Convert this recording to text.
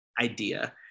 idea